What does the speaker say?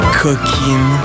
cooking